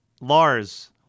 Lars